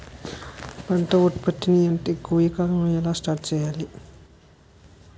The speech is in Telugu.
పంట ఉత్పత్తి ని ఎక్కువ కాలం ఎలా స్టోర్ చేయాలి?